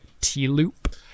T-Loop